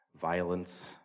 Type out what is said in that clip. violence